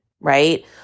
right